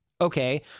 okay